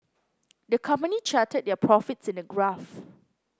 the company charted their profits in a graph